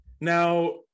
now